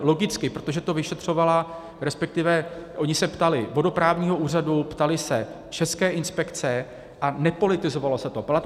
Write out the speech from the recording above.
Logicky, protože to vyšetřovala, respektive oni se ptali vodoprávního úřadu, ptali se České inspekce a nepolitizovalo se to.